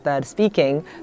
speaking